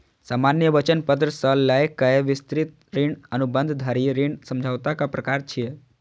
सामान्य वचन पत्र सं लए कए विस्तृत ऋण अनुबंध धरि ऋण समझौताक प्रकार छियै